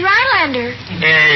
Rylander